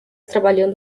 trabalhando